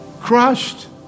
crushed